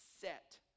set